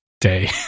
day